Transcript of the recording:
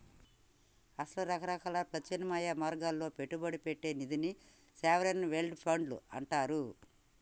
అసలు రకరకాల ప్రత్యామ్నాయ మార్గాల్లో పెట్టుబడి పెట్టే నిధిని సావరిన్ వెల్డ్ ఫండ్లు అంటారు